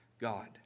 God